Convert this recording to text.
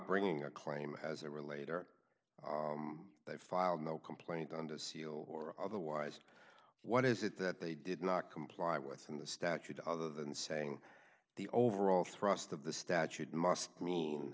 bringing a claim as a relate or they filed no complaint under seal or otherwise what is it that they did not comply with in the statute other than saying the overall thrust of the statute must mean